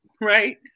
right